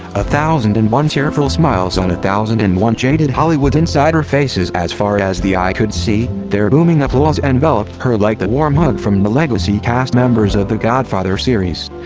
a thousand and one tearful smiles on a thousand and one jaded hollywood insider faces as far as the eye could see, their booming applause enveloped her like the warm hug from the legacy cast members of the godfather series.